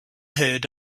heard